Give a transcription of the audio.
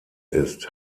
ist